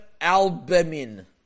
albumin